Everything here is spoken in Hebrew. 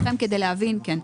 כן.